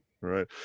right